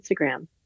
Instagram